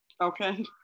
Okay